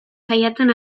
saiatzen